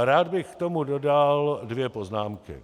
Rád bych k tomu dodal dvě poznámky.